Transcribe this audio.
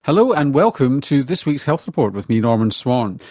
hello, and welcome to this week's health report with me norman swan.